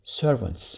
servants